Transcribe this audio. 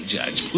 Judge